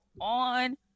on